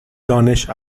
دانش